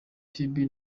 phibi